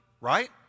right